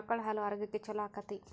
ಆಕಳ ಹಾಲು ಆರೋಗ್ಯಕ್ಕೆ ಛಲೋ ಆಕ್ಕೆತಿ?